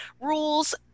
rules